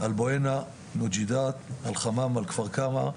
על בוענה, מוג'ידת, על חמאם, על כפר קרע,